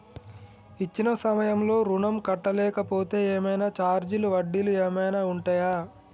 ఇచ్చిన సమయంలో ఋణం కట్టలేకపోతే ఏమైనా ఛార్జీలు వడ్డీలు ఏమైనా ఉంటయా?